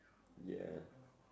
ya